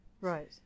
Right